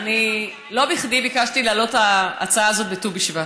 לא בכדי ביקשתי להעלות את ההצעה הזאת בט"ו בשבט.